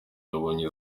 yabonye